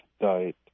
diet